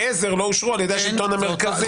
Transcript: עזר לא אושרו על ידי השלטון המקומי.